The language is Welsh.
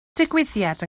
digwyddiad